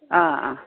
अँ अँ